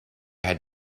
had